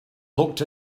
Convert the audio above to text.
looked